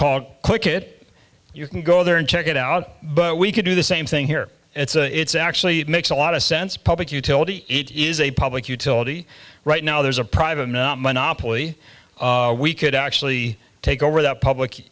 called click it you can go there and check it out but we could do the same thing here it's a it's actually makes a lot of sense public utility it is a public utility right now there's a private we could actually take over that public